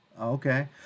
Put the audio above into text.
Okay